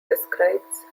describes